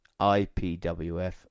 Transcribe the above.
IPWF